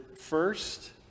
first